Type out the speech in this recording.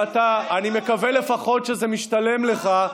אתה דיברת עם חזקי.